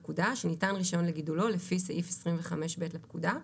הפקודה) שניתן רישיון לגידולו לפי סעיף 25ב לפקודה".